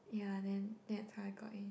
ya then that's how I got in